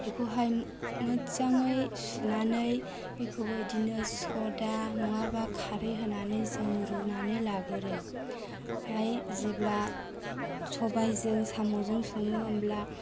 बेखौहाय मोजाङै सुनानै बेखौबो इदिनो सदा नङाबा खारै होनानै जों रुनानै लागोरो आमफाय जेब्ला सबायजों साम'जों सङो होमब्ला